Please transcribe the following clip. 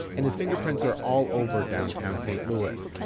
and his fingerprints are all over downtown st. louis.